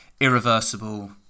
irreversible